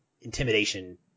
intimidation